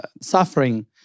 suffering